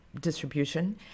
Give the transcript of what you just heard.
distribution